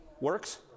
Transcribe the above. Works